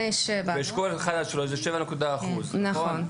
באשכול 3-1 זה 7.1%, נכון?